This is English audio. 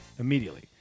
Immediately